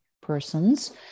persons